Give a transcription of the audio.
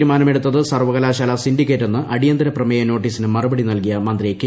തീരുമാനം എടുത്ത് സർവകലാശാല മോഡറേഷൻ സിൻഡിക്കേറ്റെന്ന് അടിയന്തര പ്രമേയ നോട്ടീസിന് മറുപടി നൽകിയ മന്ത്രി കെ